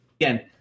again